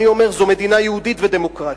אני אומר: זו מדינה יהודית ודמוקרטית.